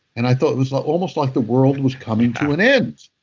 and i thought it was like almost like the world was coming to an end.